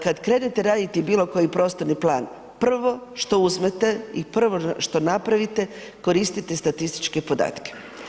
Kada krenete raditi bilo koji prostorni plan, prvo što uzmete i prvo što napravite koristite statističke podatke.